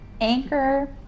anchor